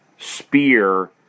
Spear